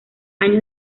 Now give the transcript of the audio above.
años